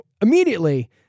immediately